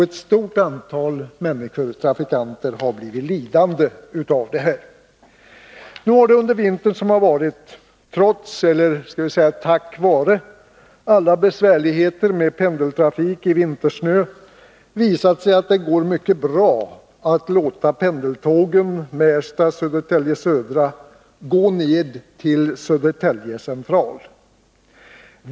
Ett stort antal människor — trafikanter — har blivit lidande av detta. Nu har det under den vinter som varit, trots — eller skall vi säga tack vare? — alla besvärligheter med pendeltrafik i vintersnö, visat sig att det går mycket bra att låta pendeltågen Märsta-Södertälje Södra gå ner till Södertälje central.